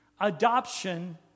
adoption